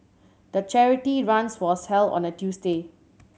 the charity runs was held on a Tuesday